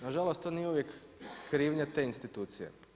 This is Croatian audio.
Nažalost to nije uvijek krivnja te institucije.